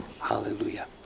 Hallelujah